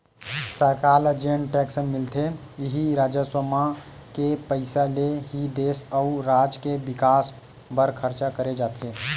सरकार ल जेन टेक्स मिलथे इही राजस्व म के पइसा ले ही देस अउ राज के बिकास बर खरचा करे जाथे